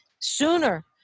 sooner